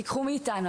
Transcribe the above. תיקחו את זה מאיתנו,